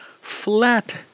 flat